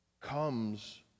comes